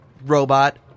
robot